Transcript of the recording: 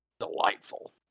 Delightful